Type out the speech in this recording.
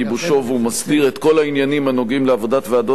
והוא מסדיר את כל העניינים הנוגעים לעבודת ועדות הכנסת,